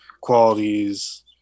qualities